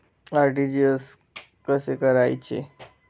RTGS कसे करायचे?